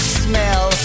smell